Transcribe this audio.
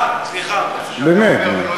באמת, נו.